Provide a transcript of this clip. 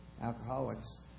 Alcoholics